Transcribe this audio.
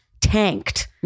tanked